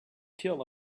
kill